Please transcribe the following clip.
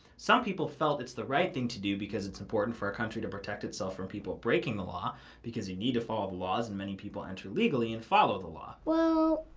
some people felt it's the right thing to do because it's important for our country to protect itself from people breaking the law because you need to follow the laws and many people and enter legally and follow the law. well,